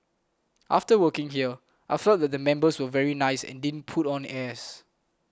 after working here I felt that the members were very nice and didn't put on airs